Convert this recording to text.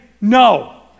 no